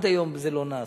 עד היום זה לא נעשה.